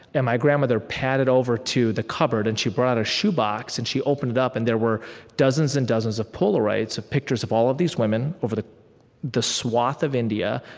and my grandmother padded over to the cupboard, and she brought a shoebox. and she opened it up, and there were dozens and dozens of polaroids, pictures of all of these women over the the swath of india,